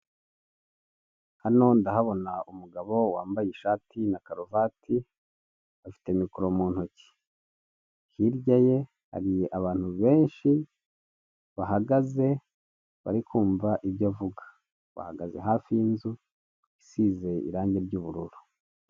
Hano ndahabona umugabo wambaye ishati na karuvati, afite mikoro mu ntoki. Hirya ye hari abantu benshi bahagaze bari kumva ibyo avuga, bahagaze hafi yinzu isize irangi ry'ubururu.